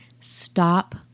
Stop